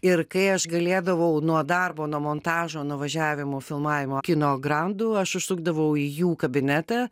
ir kai aš galėdavau nuo darbo nuo montažo nuo važiavimo filmavimo kino grandų aš užsukdavau į jų kabinetą